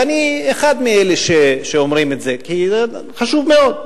ואני אחד מאלה שאומרים את זה, כי זה חשוב מאוד.